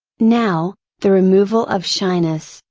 now, the removal of shyness,